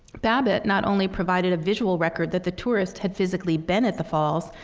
babbitt not only provided a visual record that the tourist had physically been at the falls,